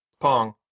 Pong